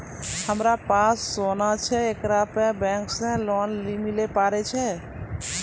हमारा पास सोना छै येकरा पे बैंक से लोन मिले पारे छै?